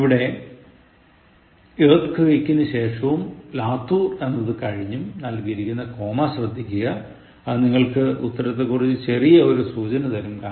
ഇവിടെ earthquakeനു ശേഷവും Latur എന്നതു കഴിഞ്ഞും നൽകിയിരിക്കുന്ന കോമ ശ്രദ്ധിക്കുക അത് നിങ്ങൾക്ക് ഉത്തരത്തെക്കുറിച്ച് ചെറിയ ഒരു സൂചന തരും